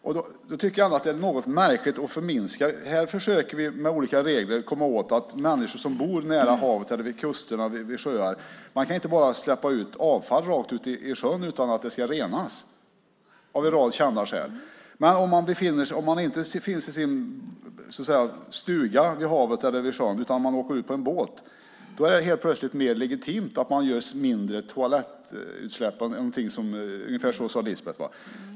Därför tycker jag att det är något märkligt att man förminskar problemet. Här försöker vi att med hjälp av olika regler komma åt problemet så att människor som bor nära havet eller vid sjöar inte ska släppa ut avfall rakt ut i havet eller sjön. I stället måste det renas - av en rad kända skäl. Men om man inte befinner sig i sin stuga vid havet eller sjön utan åker ut med en båt är det mer legitimt att göra mindre toalettutsläpp. Ungefär så sade Lisbeth.